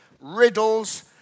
riddles